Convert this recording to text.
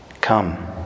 Come